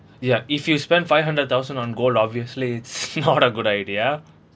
ya if you spend five hundred thousand on gold obviously it's not a good idea